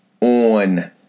on